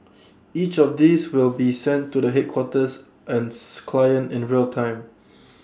each of these will be sent to the headquarters ants clients in real time